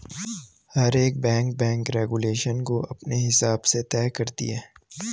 हर एक bank bank regulation को अपने हिसाब से तय करती है